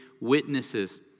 witnesses